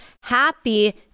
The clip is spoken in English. Happy